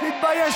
תתבייש לך.